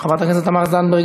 חברת הכנסת תמר זנדברג,